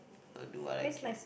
I will do what I can